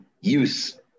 use